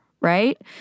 Right